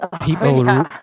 people